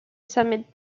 summit